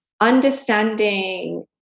understanding